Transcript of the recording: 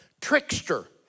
trickster